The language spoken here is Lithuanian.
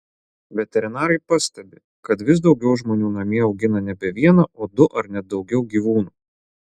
veterinarai pastebi kad vis daugiau žmonių namie augina nebe vieną o du ar net daugiau gyvūnų